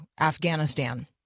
Afghanistan